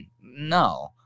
no